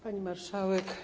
Pani Marszałek!